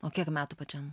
o kiek metų pačiam